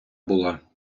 була